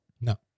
No